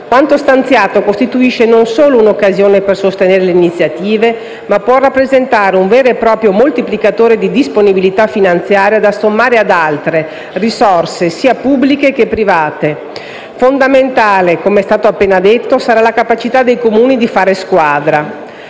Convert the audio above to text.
Quanto stanziato costituisce non solo un'occasione per sostenere le iniziative, ma può rappresentare un vero e proprio moltiplicatore di disponibilità finanziaria da sommare ad altre risorse, sia pubbliche che private. Fondamentale, com'è stato appena detto, sarà la capacità dei Comuni di fare squadra.